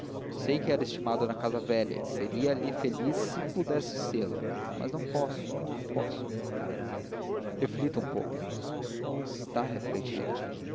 sei que era estimada na casa velha e seria ali feliz se pudesse sê-lo mas não posso não posso reflita um pouco está refletido